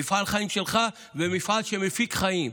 מפעל חיים שלך ומפעל שמפיק חיים,